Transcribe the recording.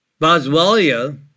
Boswellia